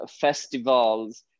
festivals